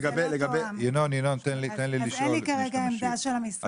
אין לי כרגע עמדה של המשרד.